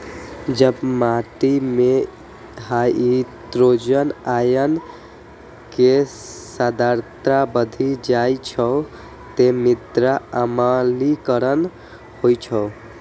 जब माटि मे हाइड्रोजन आयन के सांद्रता बढ़ि जाइ छै, ते मृदा अम्लीकरण होइ छै